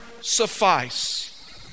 suffice